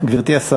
גברתי השרה.